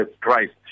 Christ